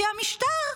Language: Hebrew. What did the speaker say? כי המשטר,